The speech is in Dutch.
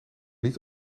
niet